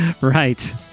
Right